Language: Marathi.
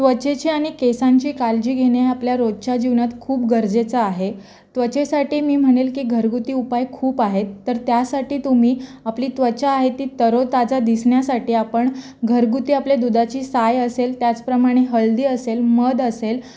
त्वचेची आणि केसांची काळजी घेणे हे आपल्या रोजच्या जीवनात खूप गरजेचं आहे त्वचेसाठी मी म्हणेल की घरगुती उपाय खूप आहेत तर त्यासाठी तुम्ही आपली त्वचा आहे ती तरोताजा दिसण्यासाठी आपण घरगुती आपली दुधाची साय असेल त्याचप्रमाणे हळदी असेल मध असेल